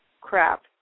crap